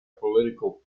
political